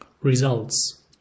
Results